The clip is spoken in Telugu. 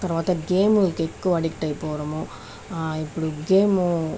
తర్వాత గేములకి ఎక్కువ ఆడిట్ అయిపోవడము ఇప్పుడు గేము